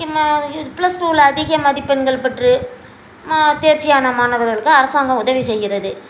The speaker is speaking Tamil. முக்கியமாக பிளஸ் டூவில் அதிக மதிப்பெண்கள் பெற்று தேர்ச்சியான மாணவர்களுக்கு அரசாங்கம் உதவி செய்கிறது